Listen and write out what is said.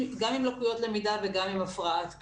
גם עם לקויות למידה וגם עם הפרעת קשב.